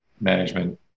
management